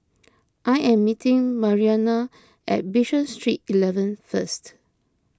I am meeting Marianna at Bishan Street eleven first